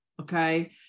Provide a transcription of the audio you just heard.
okay